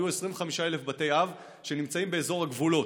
יהיו 25,000 בתי אב שנמצאים באזור הגבולות.